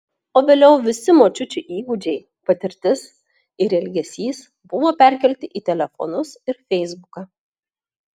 o vėliau visi močiučių įgūdžiai patirtis ir elgesys buvo perkelti į telefonus ir feisbuką